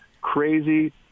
crazy